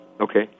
Okay